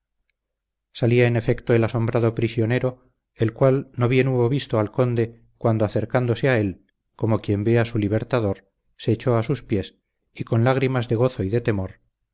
salía en efecto el asombrado prisionero el cual no bien hubo visto al conde cuando acercándose a él como quien ve a su libertador se echó a sus pies y con lágrimas de gozo y de temor